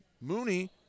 Mooney